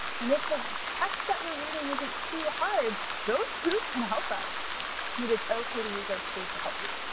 and if the text that we're reading isn't too hard those clues can help us and it is okay to use those clues to help you.